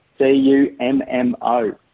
C-U-M-M-O